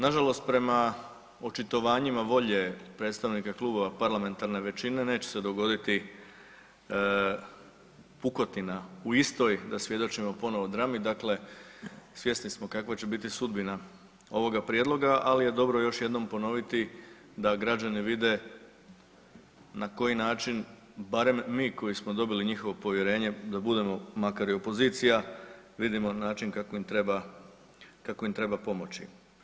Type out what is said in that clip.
Nažalost prema očitovanjima volje predstavnika klubova parlamentarne većine neće se dogoditi pukotina u istoj da svjedočimo ponovo drami, dakle svjesni smo kakva će biti sudbina ovoga prijedloga, ali je dobro još jednom ponoviti da građani vide na koji način barem mi koji smo dobili njihovo povjerenje da budemo makar i opozicija vidimo način kako im treba, kako im treba pomoći.